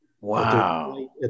Wow